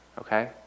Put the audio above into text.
Okay